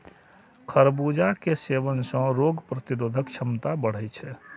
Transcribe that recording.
खरबूजा के सेवन सं रोग प्रतिरोधक क्षमता बढ़ै छै